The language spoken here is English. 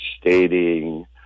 stating